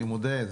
אני מודה.